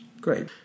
Great